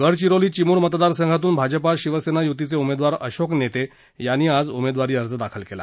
गडचिरोली चिमूर मतदारसंघातून भाजपा शिवसेना यूतीचे उमेदवार अशोक नेते यांनी आज उमेदवारी अर्ज दाखल केला